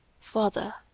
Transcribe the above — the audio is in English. Father